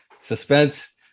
suspense